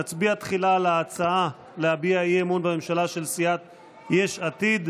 נצביע תחילה על ההצעה להביע אי-אמון בממשלה של סיעת יש עתיד.